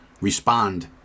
respond